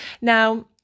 Now